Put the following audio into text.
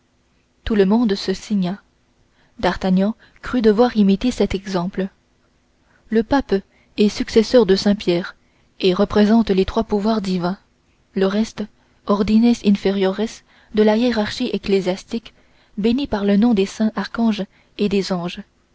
tout le monde se signa d'artagnan crut devoir imiter cet exemple le pape est successeur de saint pierre et représente les trois pouvoirs divins le reste ordines inferiores de la hiérarchie ecclésiastique bénit par le nom des saints archanges et des anges